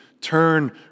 turn